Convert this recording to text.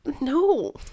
no